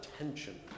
attention